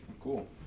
Cool